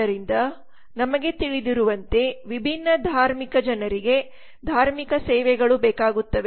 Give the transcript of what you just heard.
ಆದ್ದರಿಂದ ನಮಗೆ ತಿಳಿದಿರುವಂತೆ ವಿಭಿನ್ನ ಧಾರ್ಮಿಕ ಜನರಿಗೆ ಧಾರ್ಮಿಕ ಸೇವೆಗಳು ಬೇಕಾಗುತ್ತವೆ